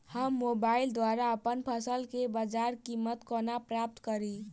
हम मोबाइल द्वारा अप्पन फसल केँ बजार कीमत कोना प्राप्त कड़ी?